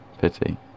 Pity